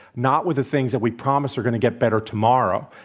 not with the things that we promised are going to get better tomorrow,